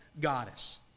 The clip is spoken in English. goddess